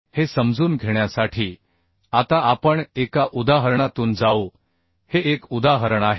हे समजून घेण्यासाठी आता आपण एका उदाहरणातून जाऊ हे एक उदाहरण आहे